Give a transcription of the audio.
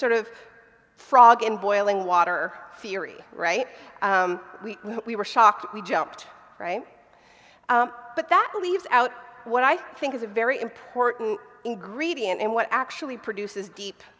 sort of frog in boiling water theory right we we were shocked we jumped but that leaves out what i think is a very important ingredient in what actually produces deep